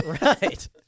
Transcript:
right